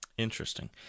Interesting